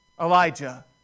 Elijah